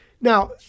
Now